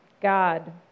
God